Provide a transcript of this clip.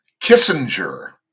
Kissinger